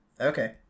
okay